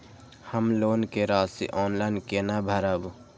हम लोन के राशि ऑनलाइन केना भरब?